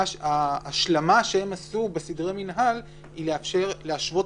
ההשלמה שהם עשו בסדרי מינהל היא להשוות